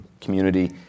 community